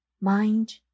Mind